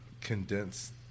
condense